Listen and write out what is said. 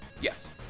yes